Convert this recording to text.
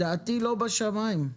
לדעתי לא בשמיים.